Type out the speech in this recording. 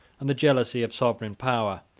and the jealousy of sovereign power,